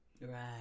Right